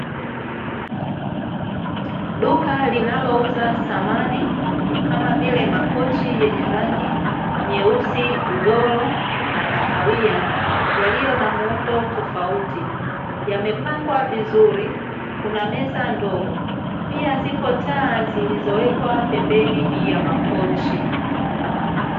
Duka linalouza samani, kama vile makochi yenye rangi nyeusi, ugoro na kahawia yaliyo na muundo tofauti. Yamepangwa vizuri, kuna meza ndogo. Pia zipo taa zilizowekwa pembeni ya makochi.